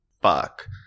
fuck